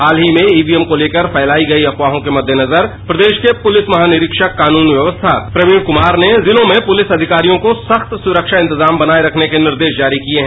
हाल ही में ईवीएम को लेकर फैलाये गयी अफवाहों के मद्देनजर प्रदेश के पुलिस महानिदेशक कानून व्यवस्था प्रवीण कुमार ने जिलों में पुलिस अधिकारियों को सख्त सुरक्षा इंतजाम बनाए रखने के निर्देश जारी किए हैं